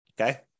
Okay